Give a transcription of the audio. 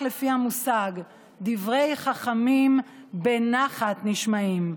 לפי המשפט "דברי חכמים בנחת נשמעים".